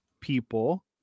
people